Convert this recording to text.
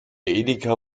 edeka